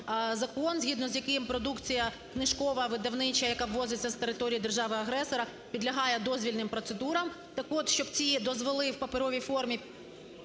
закон, згідно з яким продукція книжкова, видавнича, яка ввозиться з території держави-агресора, підлягає дозвільним процедурам. Так от, щоб ці дозволи у паперовій формі